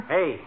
Hey